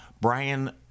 Brian